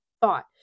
thought